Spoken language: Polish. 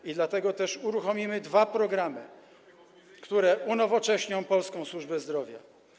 I dlatego też uruchomimy dwa programy, które unowocześnią polską służbę zdrowia.